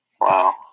Wow